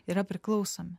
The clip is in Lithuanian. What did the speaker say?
yra priklausomi